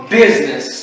business